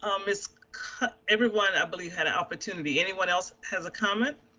um ms. co everyone i believe had an opportunity. anyone else has a comment?